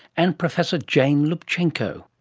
and professor jane lubchenco.